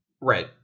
Right